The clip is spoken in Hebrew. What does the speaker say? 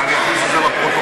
ואני אכניס את זה לפרוטוקול.